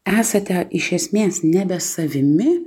esate iš esmės nebe savimi